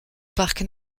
parc